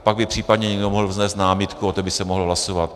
Pak by případně někdo mohl vznést námitku a o té by se mohlo hlasovat.